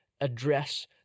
address